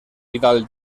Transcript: vidal